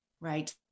Right